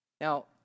Now